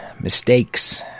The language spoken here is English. mistakes